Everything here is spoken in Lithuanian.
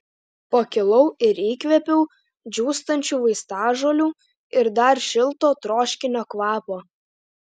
pakilau ir įkvėpiau džiūstančių vaistažolių ir dar šilto troškinio kvapo